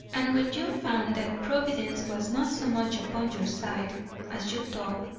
and when you found that providence was not so much upon your side as you thought,